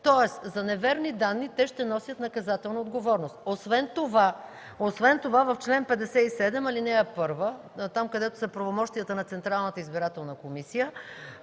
тоест за неверни данни те ще носят наказателна отговорност. Освен това в чл. 57, ал. 1, там където са правомощията на Централната избирателна комисия,